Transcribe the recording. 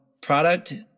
product